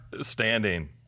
standing